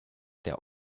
der